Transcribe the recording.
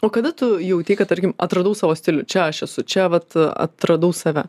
o kada tu jautei kad tarkim atradau savo stilių čia aš esu čia vat atradau save